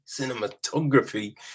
cinematography